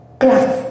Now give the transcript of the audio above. class